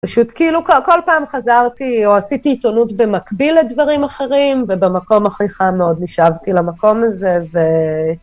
פשוט כאילו, כל פעם חזרתי, או עשיתי עיתונות במקביל לדברים אחרים, ובמקום הכי חם, מאוד נשאבתי למקום הזה, ו...